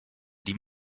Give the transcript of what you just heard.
die